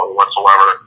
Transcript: whatsoever